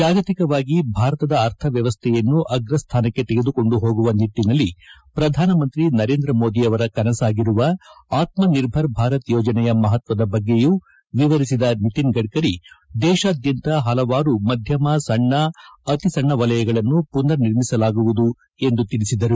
ಜಾಗತಿಕವಾಗಿ ಭಾರತದ ಅರ್ಥವ್ಕವಸ್ಥೆಯನ್ನು ಆಗ್ರಸ್ಥಾನಕ್ಕೆ ತೆಗೆದುಕೊಂಡು ಹೋಗುವ ನಿಟ್ಟಿನಲ್ಲಿ ಪ್ರಧಾನಮಂತ್ರಿ ನರೇಂದ್ರ ಮೋದಿಯವರ ಕನಸಾಗಿರುವ ಆತ್ಮ ನಿರ್ಭರ್ ಭಾರತ ಯೋಜನೆಯ ಮಹತ್ವದ ಬಗ್ಗೆಯೂ ವಿವರಿಸಿದ ನಿತಿನ್ ಗಡ್ಕರಿ ದೇಶಾದ್ಕಂತ ಪಲವಾರು ಮಧ್ಕಮ ಸಣ್ಣ ಅತಿ ಸಣ್ಣ ವಲಯಗಳನ್ನು ಮನರ್ ನಿರ್ಮಿಸಲಾಗುವುದು ಎಂದು ತಿಳಿಸಿದರು